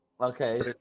Okay